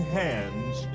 hands